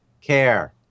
care